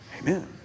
Amen